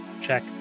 check